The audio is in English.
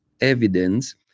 evidence